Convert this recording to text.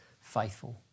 faithful